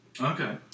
Okay